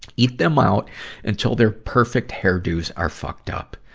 eat them out until their perfect hairdos are fucked up.